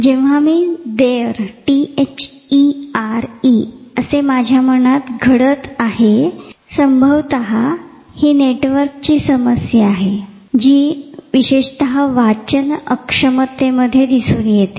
जेंव्हा मी म्हणतो there T H E R E हे माझ्या मनात घडत आहे संभवत हि नेटवर्कची समस्या आहे जी वाचन अक्षमतेमध्ये होते